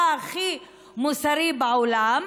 הצבא הכי מוסרי בעולם,